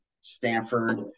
Stanford